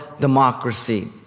democracy